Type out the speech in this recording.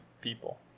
people